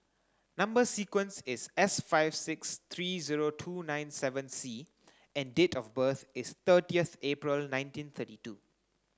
number sequence is S five six three zero two nine seven C and date of birth is thirtieth April nineteen thirty two